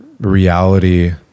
reality